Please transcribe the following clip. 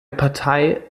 partei